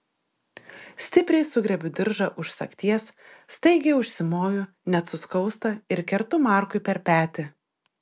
stipriai sugriebiu diržą už sagties staigiai užsimoju net suskausta ir kertu markui per petį